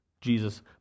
Jesus